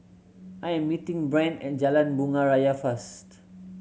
I am meeting Brant at Jalan Bunga Raya first